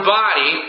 body